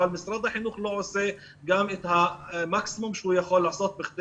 אבל משרד החינוך לא עושה גם את המקסימום שהוא יכול לעשות בכדי